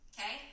Okay